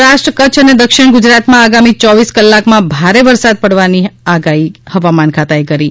સૌરાષ્ટ્ર કચ્છ અને દક્ષિણ ગુજરાતમાં આગામી ચોવીસ કલાકમાં ભારે વરસાદ પાડવાની આગાહી હવામાન ખાતા એ કરી છે